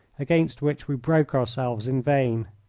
against which we broke ourselves in vain.